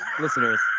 listeners